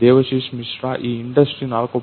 ದೇವಶಿಶ್ ಮಿಶ್ರಾ ಈ ಇಂಡಸ್ಟ್ರಿ 4